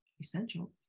essential